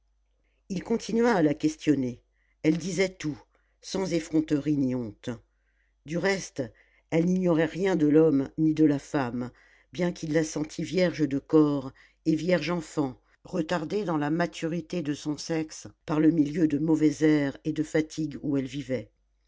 il continua à la questionner elle disait tout sans effronterie ni honte du reste elle n'ignorait rien de l'homme ni de la femme bien qu'il la sentît vierge de corps et vierge enfant retardée dans la maturité de son sexe par le milieu de mauvais air et de fatigue où elle vivait